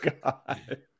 God